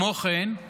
אני מציע,